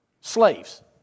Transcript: Slaves